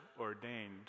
ordained